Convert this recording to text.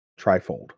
trifold